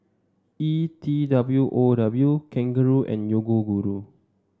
E T W O W Kangaroo and Yoguru